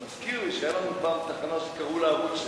מזכיר לי שהיתה לנו פעם תחנה שקראו לה ערוץ-7,